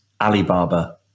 Alibaba